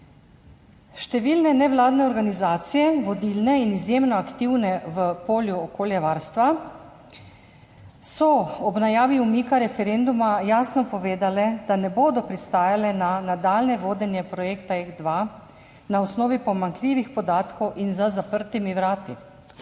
Številne nevladne organizacije, vodilne in izjemno aktivne v polju okoljevarstva, so ob najavi umika referenduma jasno povedale, da ne bodo pristajale na nadaljnje vodenje projekta JEK2 na osnovi pomanjkljivih podatkov in za zaprtimi vrati